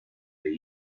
the